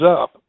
up